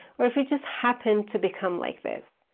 or if it just happened to become like this.